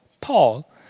Paul